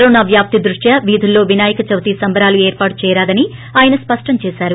corona వ్యాప్తి దృష్ట్యా వీధుల్లో వినాయక చవితి సంబరాలు ఏర్పాటు చేయరాదని ఆయన స్పష్టం చేసారు